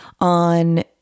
on